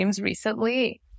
recently